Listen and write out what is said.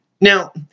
now